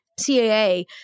CAA